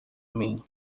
mim